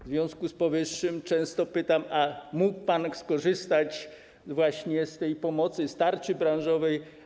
W związku z powyższym często pytam: A mógł pan skorzystać z tej pomocy, z tarczy branżowej?